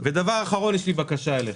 ודבר אחרון, יש לי בקשה אליך.